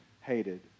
hated